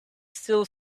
still